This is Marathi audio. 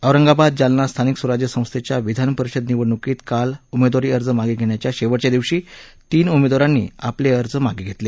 औरंगाबाद जालना स्थानिक स्वराज्य संस्थेच्या विधान परिषद निवडणुकीत काल उमेदवारी अर्ज मागे धेण्याच्या शेवटच्या दिवशी तीन उमेदवारांनी आपले अर्ज मागे घेतले